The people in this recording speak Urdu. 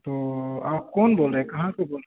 تو آپ کون بول رہے کہاں سے بول